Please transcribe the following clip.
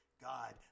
God